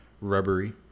rubbery